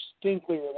distinctly